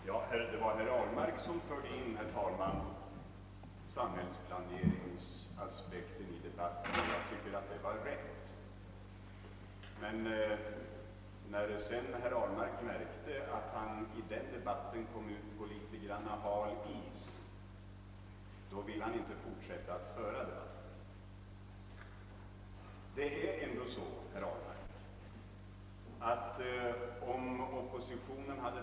Herr talman! Det var herr Ahlmark som förde in samhällsplaneringsaspekten i debatten, och jag tycker att det var riktigt. Men när herr Ahlmark sedan märkte att han i den debatten kom ut på litet hal is ville han inte fortsätta att föra den.